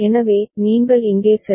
எனவே நீங்கள் இங்கே சரி